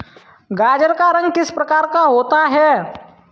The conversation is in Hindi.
गाजर का रंग किस प्रकार का होता है?